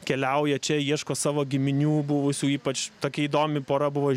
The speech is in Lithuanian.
keliauja čia ieško savo giminių buvusių ypač tokia įdomi pora buvo